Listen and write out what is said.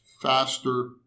faster